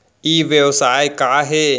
ई व्यवसाय का हे?